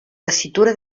tessitura